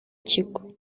kigo